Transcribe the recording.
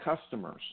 customers